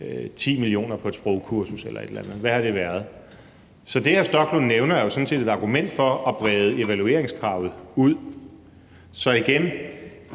10 mio. kr. på et sprogkursus eller et eller andet været? Så det, hr. Rasmus Stoklund nævner, er sådan set et argument for at brede evalueringskravet ud. Så igen: